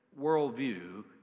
worldview